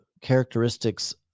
characteristics